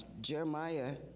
Jeremiah